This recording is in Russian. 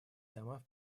дома